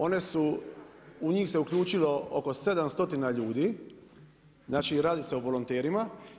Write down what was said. One su u njih se uključilo oko 700 ljudi, znači radi se o volonterima.